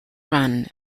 run